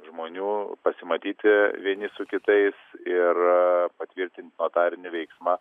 žmonių pasimatyti vieni su kitais ir patvirtinti notarinį veiksmą